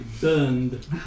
burned